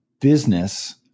business